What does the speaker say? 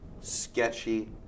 sketchy